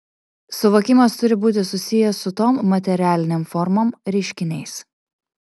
suvokimas turi būti susijęs su tom materialinėm formom reiškiniais